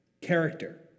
character